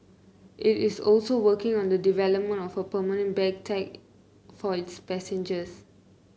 it is also working on the development of a permanent bag tag for its passengers